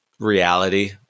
reality